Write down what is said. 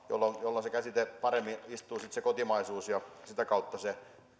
jolloin se käsite kotimaisuus paremmin istuu ja sitä kautta se